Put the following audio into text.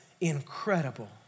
incredible